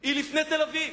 היא לפני תל-אביב,